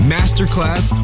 Masterclass